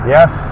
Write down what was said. Yes